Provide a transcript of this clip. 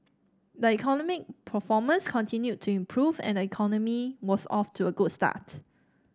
the economic performance continued to improve and the economy was off to a good start